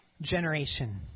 Generation